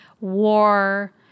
war